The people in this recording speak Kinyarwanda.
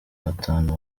batanu